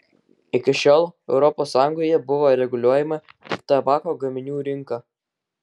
iki šiol europos sąjungoje buvo reguliuojama tik tabako gaminių rinka